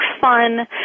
fun